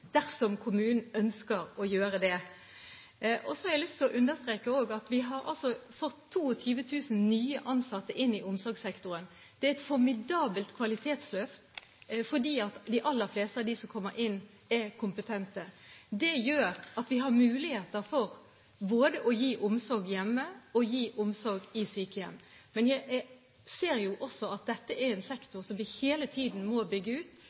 dersom kommunen ønsker å gjøre det. Så har jeg også lyst til å understreke at vi har fått 22 000 nye ansatte inn i omsorgssektoren. Det er et formidabelt kvalitetsløft, fordi de aller fleste av dem som kommer inn, er kompetente. Det gjør at vi har muligheter for både å gi omsorg hjemme og gi omsorg i sykehjem. Men jeg ser også at dette er en sektor som vi hele tiden må bygge ut